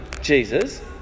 Jesus